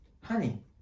honey